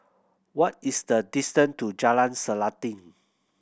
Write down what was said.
what is the distance to Jalan Selanting